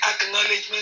acknowledgement